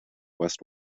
west